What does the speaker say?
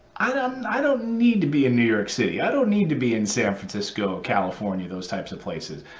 i don't um i don't need to be a new york city, i don't need to be in san francisco, california, those types of places.